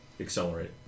accelerate